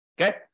Okay